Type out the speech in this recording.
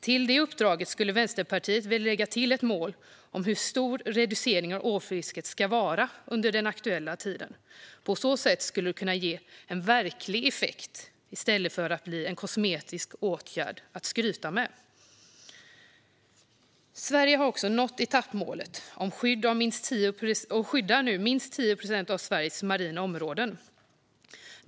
Till detta uppdrag skulle Vänsterpartiet vilja lägga ett mål om hur stor reduceringen av ålfisket ska vara under den aktuella tiden. På så sätt skulle det kunna ge en verklig effekt i stället för att bli en kosmetisk åtgärd att skryta med. Sverige har nått etappmålet för marina områden och skyddar nu minst 10 procent av sina områden.